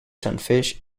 sunfish